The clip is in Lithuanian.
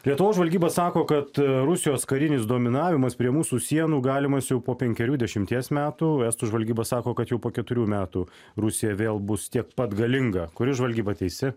lietuvos žvalgyba sako kad rusijos karinis dominavimas prie mūsų sienų galimas jau po penkerių dešimties metų estų žvalgyba sako kad jau po keturių metų rusija vėl bus tiek pat galinga kuri žvalgyba teisi